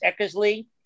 Eckersley